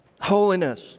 Holiness